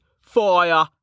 fire